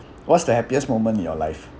what's the happiest moment in your life